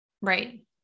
Right